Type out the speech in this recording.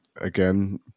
again